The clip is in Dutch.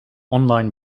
online